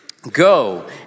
go